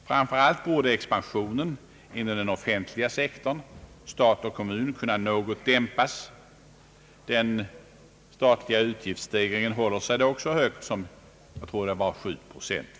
Fram för allt borde expansionen inom den offentliga sektorn — stat och kommun — kunna något dämpas. Den statliga utgiftsstegringen håller sig dock i år så högt som till 7 procent.